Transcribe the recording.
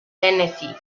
tennessee